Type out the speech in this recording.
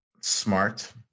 smart